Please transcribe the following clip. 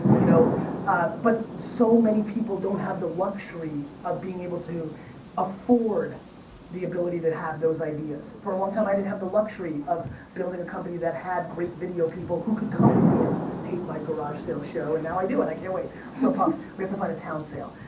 you know but so many people don't have the luxury of being able to afford the ability to have those ideas. for a long time, i didn't have the luxury of building a company that had great video people who could come with me and tape my garage sale show, and now i do and i can't wait, i'm so pumped. we have to find a town sale,